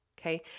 Okay